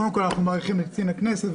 מעריכים את קצין הכנסת,